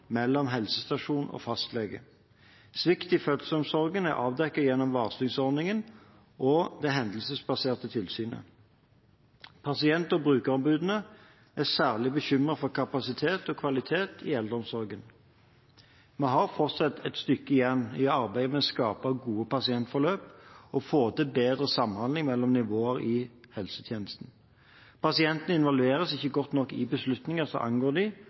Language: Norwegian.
mellom helsestasjon og fastlege. Svikt i fødselsomsorgen er avdekket gjennom varslingsordningen og det hendelsesbaserte tilsynet. Pasient- og brukerombudene er særlig bekymret for kapasitet og kvalitet i eldreomsorgen. Vi har fortsatt et stykke igjen i arbeidet med å skape gode pasientforløp og få til bedre samhandling mellom nivåne i helsetjenesten. Pasientene involveres ikke godt nok i beslutninger som angår